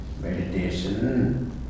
meditation